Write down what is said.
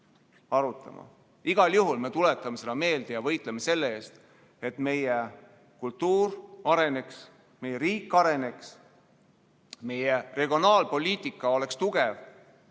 Igal juhul me tuletame seda meelde ja võitleme selle eest, et meie kultuur areneks, meie riik areneks, meie regionaalpoliitika oleks tugev